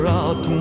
out